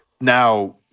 now